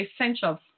essential